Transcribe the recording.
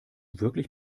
wirklich